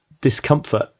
discomfort